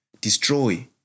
destroy